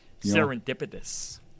Serendipitous